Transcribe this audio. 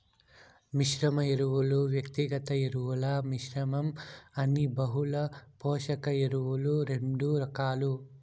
మిశ్రమ ఎరువులు, వ్యక్తిగత ఎరువుల మిశ్రమం అని బహుళ పోషక ఎరువులు రెండు రకాలు